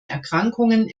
erkrankungen